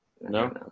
No